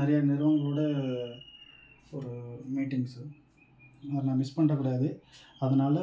நிறைய நிறுவனங்களோடய ஒரு மீட்டிங் சார் நான் மிஸ் பண்ணிவிட கூடாது அதனால்